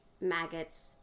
maggots